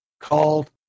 called